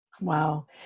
Wow